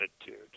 attitude